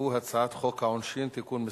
(תיקון מס'